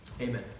Amen